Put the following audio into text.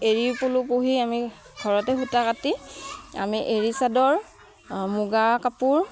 এৰী পলু পুহি আমি ঘৰতে সূতা কাটি আমি এৰী চাদৰ মুগা কাপোৰ